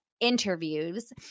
interviews